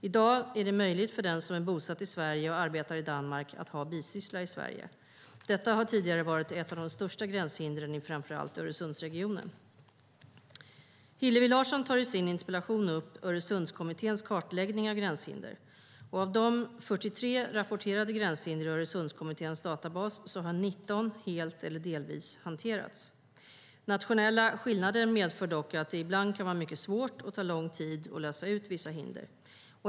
I dag är det möjligt för den som är bosatt i Sverige och arbetar i Danmark att ha bisyssla i Sverige. Detta har tidigare varit ett av de största gränshindren i framför allt Öresundsregionen. Hillevi Larsson tar i sin interpellation upp Öresundskommitténs kartläggning av gränshinder. Av de 43 rapporterade gränshinder i Öresundskommitténs databas har 19 helt eller delvis hanterats. Nationella skillnader medför dock att det ibland kan vara mycket svårt och ta lång tid att lösa ut vissa hinder.